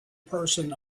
person